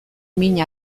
min